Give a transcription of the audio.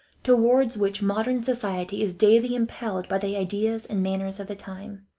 towards which modern society is daily impelled by the ideas and manners of the time,